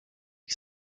que